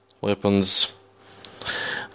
weapons